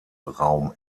raum